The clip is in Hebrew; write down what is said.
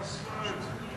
פסלה את זה.